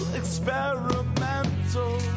experimental